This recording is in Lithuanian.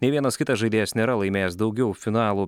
nei vienas kitas žaidėjas nėra laimėjęs daugiau finalų